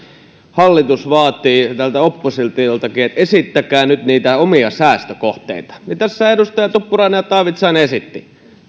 vaatii oppositioltakin että esittäkää nyt niitä omia säästökohteitanne niin tässähän edustajat tuppurainen ja taavitsainen esittivät